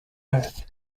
earth